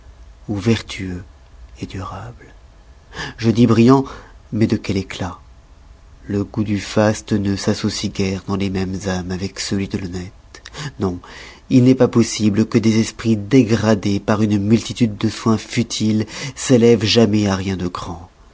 ou vertueux et durables je dis brillants mais de quel éclat le goût du faste ne s'associe guère dans les mêmes ames avec celui de l'honnête non il n'est pas possible que des esprits dégradés par une multitude de soins futiles s'élèvent jamais à rien de grand